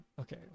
okay